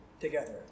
together